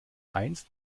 eins